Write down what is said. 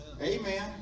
Amen